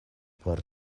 por